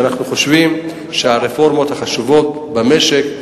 אמרנו לו שאנחנו חושבים שהרפורמות החשובות במשק,